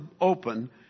open